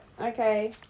Okay